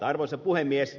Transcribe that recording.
arvoisa puhemies